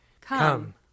Come